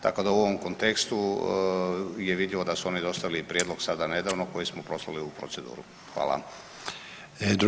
Tako da u ovom kontekstu je vidljivo da su oni dostavili prijedlog sada nedavno koji smo poslali u proceduru.